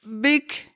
big